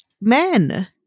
men